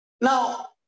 Now